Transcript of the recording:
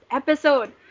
episode